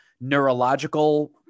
neurological